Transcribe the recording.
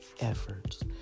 efforts